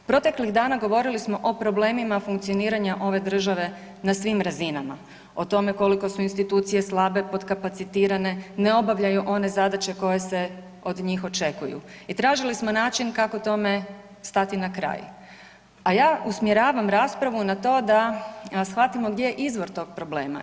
Proteklih dana govorili smo o problemima funkcioniranja ove države na svim razinama, o tome koliko su institucije slabe, potkapacitirane, ne obavljaju one zadaće koje se od njih očekuju i tražili smo način kako tome stati na kraj, a ja usmjeravam raspravu na to da shvatimo gdje je izvor tog problema.